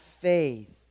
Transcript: faith